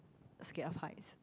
scared of heights